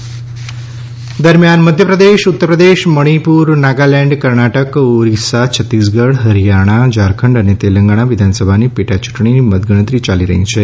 પેટા ચૂંટણી પરિણા મ મધ્યપ્રદેશ ઉતરપ્રદેશ મણિપુર નાગાલેન્ડ કર્ણાટક ઓરિસ્સા છતીસગઢ હરિયાણા ઝારખંડ અને તેલંગાણા વિધાનસભાની પેટાચૂંટણીની મતગણતરી યાલી રહી છે